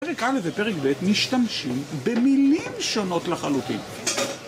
פרק א' ופרק ב' משתמשים במילים שונות לחלוטין.